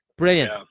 Brilliant